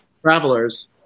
Travelers